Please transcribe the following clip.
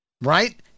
Right